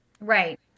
Right